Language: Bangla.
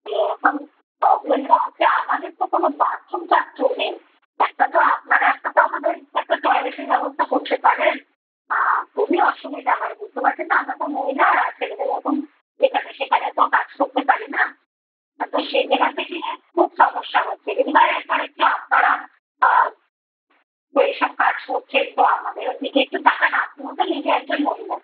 তো এখন প্রবলেমটা হচ্ছে আমাদের তো কোনো বাথরুম টাথরুম নেই একটা তো আপনারা একটা তো আমাদের একটা টয়লেটের ব্যবস্থা করতে পারেন খুবই অসুবিধা হয় বুঝতে পারছেন তো আমরা তো মহিলা আর ছেলেদের মতন যেখানে সেখানে তো কাজ করতে পারি না তা তো সেই জায়গা থেকেই খুব সমস্যা হচ্ছে দিদিভাই একবার একটু আপনারা তো এই সব কাজ করছেন তো আমাদেরও দিকে একটু তাকান আপনিও তো নিজে একজন মহিলা